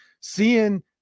seeing